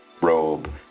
robe